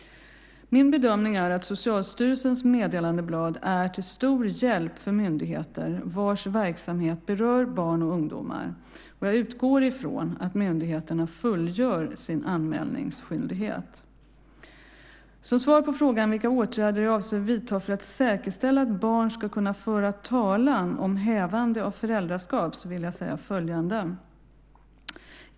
Min bedömning är att Socialstyrelsens meddelandeblad är till stor hjälp för myndigheter vars verksamhet berör barn och ungdomar. Jag utgår från att myndigheterna fullgör sin anmälningsskyldighet. Som svar på frågan vilka åtgärder jag avser att vidta för att säkerställa att barn ska kunna föra talan om hävande av föräldraskap vill jag säga följande.